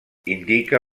indica